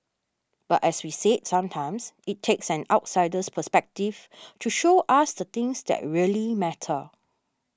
but as we said sometimes it takes an outsider's perspective to show us the things that really matter